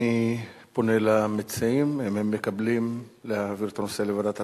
אני פונה למציעים אם הם מקבלים את ההצעה להעביר את הנושא לוועדת הפנים.